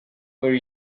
were